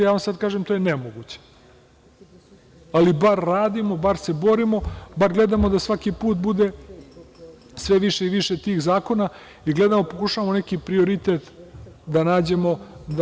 Ja vam kažem da je to nemoguće, ali barem radimo, barem se borimo, bar gledamo da svaki put bude sve više i više tih zakona i pokušavamo neki prioritet da nađemo.